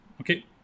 okay